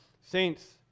Saints